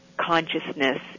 consciousness